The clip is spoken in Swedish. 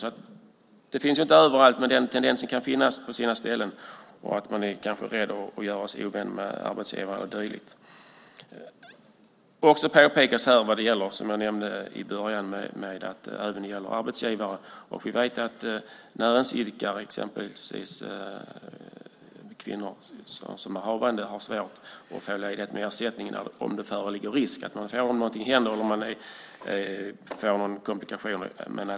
Det här finns inte överallt, men den tendensen kan finnas på sina ställen. Man kanske är rädd att göra sig ovän med arbetsgivare eller dylikt. Det bör påpekas att det här gäller även arbetsgivare. Vi vet att näringsidkare, exempelvis kvinnor som är havande, kan ha svårt att få ledighet med ersättning om det föreligger risk att någonting händer och man får några komplikationer.